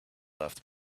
left